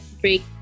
break